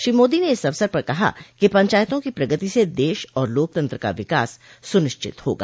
श्री मोदी ने इस अवसर पर कहा कि पंचायतों की प्रगति से देश और लोकतंत्र का विकास सुनिश्चित होगा